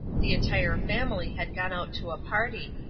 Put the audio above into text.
the entire family had gone out to a party,